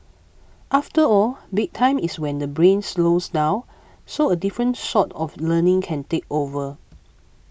after all bedtime is when the brain slows down so a different sort of learning can take over